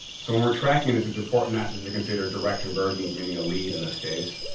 so, when we're tracking this, it's important not just to consider direct conversions, meaning a lead in this case.